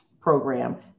program